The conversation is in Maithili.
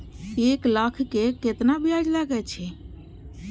एक लाख के केतना ब्याज लगे छै?